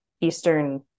Eastern